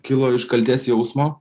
kilo iš kaltės jausmo